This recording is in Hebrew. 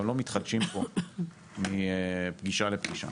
גם לא מתחדשים פה מפגישה לפגישה.